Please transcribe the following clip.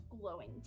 glowing